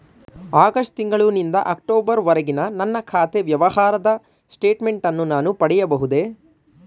August ತಿಂಗಳು ನಿಂದ October ವರೆಗಿನ ನನ್ನ ಖಾತೆ ವ್ಯವಹಾರದ ಸ್ಟೇಟ್ಮೆಂಟನ್ನು ನಾನು ಪಡೆಯಬಹುದೇ?